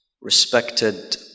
Respected